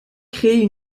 créer